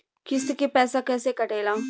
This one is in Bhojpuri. किस्त के पैसा कैसे कटेला?